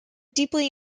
deeply